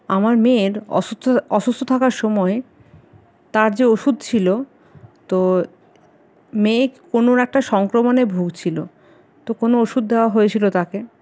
আমার মেয়ের অসুস্থ থাকার সময় তার যে ওষুধ ছিল তো মেয়ে কোনো একটা সংক্রমণে ভুগছিল তো কোনো ওষুধ দেওয়া হয়ছিল তাকে